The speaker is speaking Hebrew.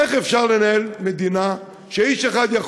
איך אפשר לנהל מדינה כשאיש אחד יכול